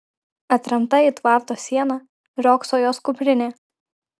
atremta į tvarto sieną riogso jos kuprinė